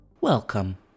Welcome